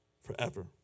forever